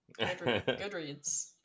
goodreads